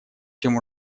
чем